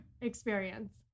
experience